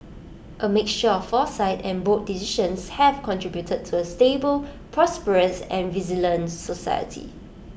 A mixture of foresight and bold decisions have contributed to A stable prosperous and resilient society